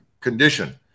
condition